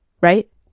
Right